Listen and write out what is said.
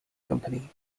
company